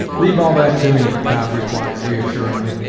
leave all that to me cobb replied reassuringly.